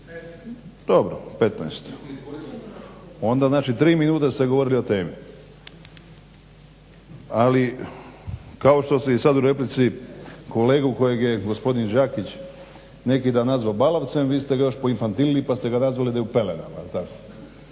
15, onda znači 3 minute ste govorili o temi. Ali kao što ste i sad u replici kolegu kojeg je gospodin Đakić neki dan nazvao balavcem vi ste ga još poinfantinili pa ste ga nazvali da je u pelenama. To